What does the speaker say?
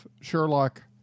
Sherlock